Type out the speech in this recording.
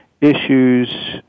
issues